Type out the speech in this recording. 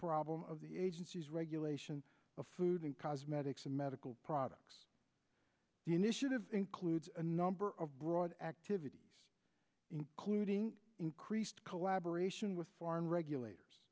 problem of the agency's regulation of food and cosmetics and medical products the initiative includes a number of broad activities including increased collaboration with foreign regulators